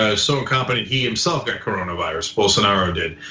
ah so incompetent he himself got coronavirus, bolsonaro did.